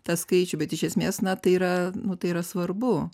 tą skaičių bet iš esmės na tai yra nu tai yra svarbu